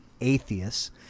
atheists